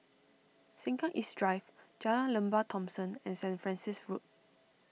Sengkang East Drive Jalan Lembah Thomson and Saint Francis Road